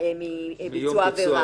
מביצוע העבירה.